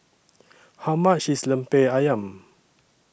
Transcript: How much IS Lemper Ayam